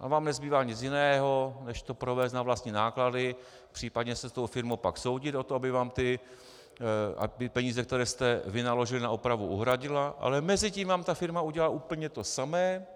A vám nezbývá nic jiného než to provést na vlastní náklady, případně se s tou firmou pak soudit o to, aby peníze, které jste vynaložili na opravu, uhradila, ale mezitím vám ta firma udělá úplně to samé